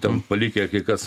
ten palikę kai kas